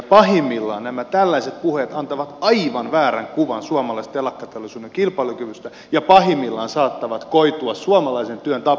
pahimmillaan nämä tällaiset puheet antavat aivan väärän kuvan suomalaisen telakkateollisuuden kilpailukyvystä ja pahimmillaan saattavat koitua suomalaisen työn tappioksi